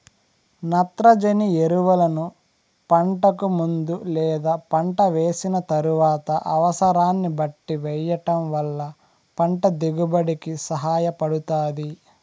నత్రజని ఎరువులను పంటకు ముందు లేదా పంట వేసిన తరువాత అనసరాన్ని బట్టి వెయ్యటం వల్ల పంట దిగుబడి కి సహాయపడుతాది